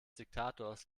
diktators